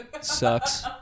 Sucks